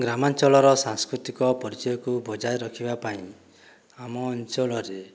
ଗ୍ରାମାଞ୍ଚଳର ସାଂସ୍କୃତିକ ପରିଚୟକୁ ବଜାୟ ରଖିବାପାଇଁ ଆମ ଅଞ୍ଚଳରେ